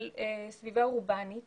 של סביבה אורבנית